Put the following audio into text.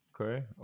Okay